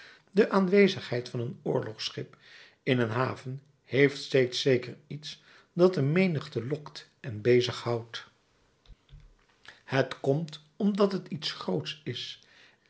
de aanwezigheid van een oorlogsschip in een haven heeft steeds zeker iets dat de menigte lokt en bezig houdt het komt omdat het iets grootsch is